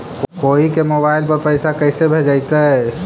कोई के मोबाईल पर पैसा कैसे भेजइतै?